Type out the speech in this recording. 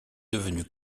devenu